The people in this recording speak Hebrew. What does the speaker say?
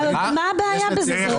מה הבעיה בזה?